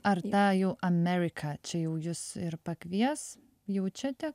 ar ta jau america čia jau jus ir pakvies jaučiate